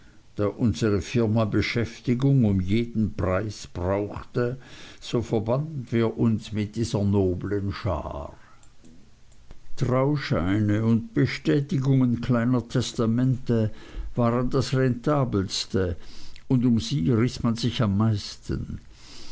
unsere firma beschäftigung um jeden preis brauchte so verbanden wir uns mit dieser noblen schar trauscheine und bestätigungen kleiner testamente waren das rentabelste und um sie riß man sich am meisten